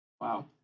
Wow